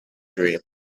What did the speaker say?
dream